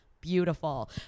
beautiful